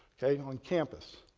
ok, on campus.